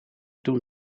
doen